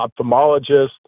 ophthalmologist